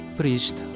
priest